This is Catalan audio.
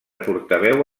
portaveu